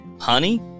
honey